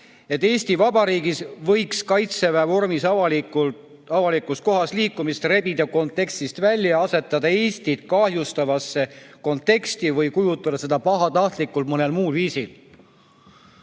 et Eesti Vabariigis võiks Kaitseväe vormis avalikus kohas liikumise rebida kontekstist välja, asetada selle Eestit kahjustavasse konteksti või kujutada seda pahatahtlikult mõnel muul viisil.